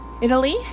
Italy